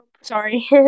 Sorry